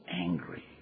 angry